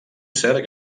cert